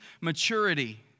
maturity